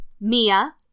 Mia